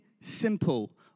simple